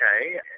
okay